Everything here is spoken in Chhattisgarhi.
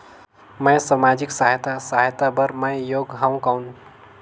मैं समाजिक सहायता सहायता बार मैं योग हवं कौन?